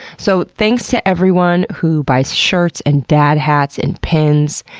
so thanks to everyone who buys shirts, and dad hats, and pins,